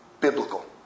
biblical